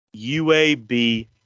UAB